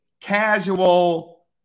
casual